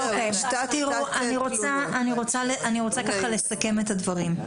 חבר'ה, אני רוצה לסכם את הדברים.